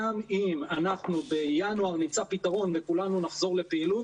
גם אם אנחנו בינואר נמצא פתרון וכולנו נחזור לפעילות,